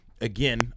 again